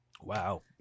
Wow